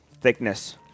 thickness